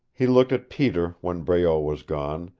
he looked at peter when breault was gone,